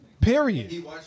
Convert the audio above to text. Period